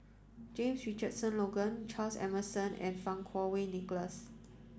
James Richardson Logan Charles Emmerson and Fang Kuo Wei Nicholas